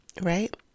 right